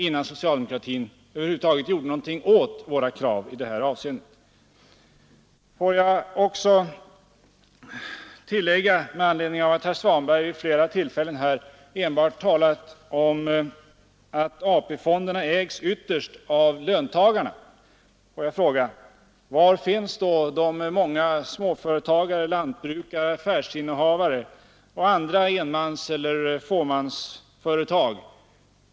Eftersom herr Svanberg slutligen vid flera tillfällen har talat om att AP-fonderna ägs av löntagarna vill jag också fråga: Var finns då de många småföretagare, lantbrukare, affärsinnehavare och andra enmanseller tvåmansbolag och som också betalat in avgifter till AP-fonden?